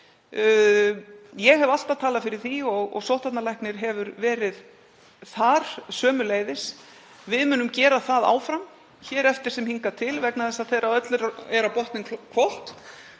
Ég hef alltaf talað fyrir því og sóttvarnalæknir hefur verið þar sömuleiðis. Við munum gera það áfram, hér eftir sem hingað til, vegna þess að þegar öllu er á botninn hvolft